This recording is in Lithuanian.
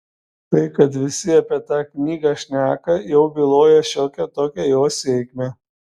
tai kad visi apie tą knygą šneka jau byloja šiokią tokią jos sėkmę